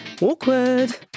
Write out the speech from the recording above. Awkward